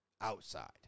outside